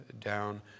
down